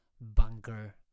Bunker